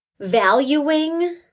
valuing